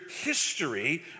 history